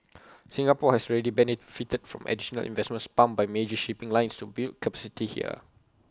Singapore has already benefited from additional investments pumped by major shipping lines to build capacity here